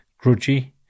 grudgy